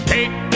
Take